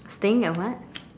staying at what